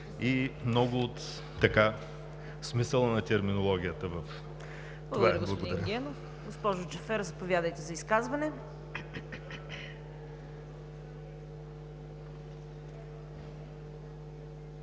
и много от смисъла на терминологията. Благодаря.